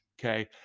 okay